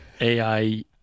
AI